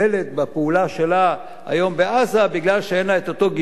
בפעולה שלה היום בעזה בגלל שאין לה את אותו גיבוי